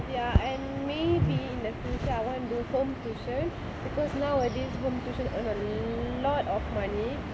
ya and maybe in the future I want to do home tuition because nowadays home tuition earn a lot of money